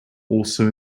also